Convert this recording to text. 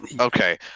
okay